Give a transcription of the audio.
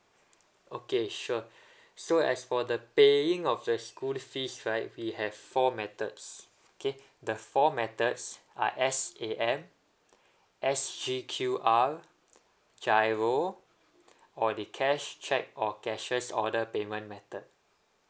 okay sure so as for the paying of the school fees right we have four methods okay the four methods are S_A_M S_G_Q_R GIRO or the cash cheque or cashier's order payment method